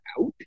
out